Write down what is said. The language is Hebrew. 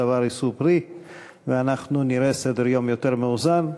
דבר יישאו פרי ונראה סדר-יום יותר מאוזן.